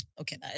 Okay